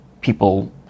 people